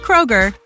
Kroger